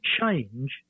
change